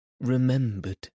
remembered